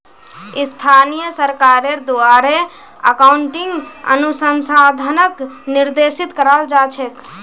स्थानीय सरकारेर द्वारे अकाउन्टिंग अनुसंधानक निर्देशित कराल जा छेक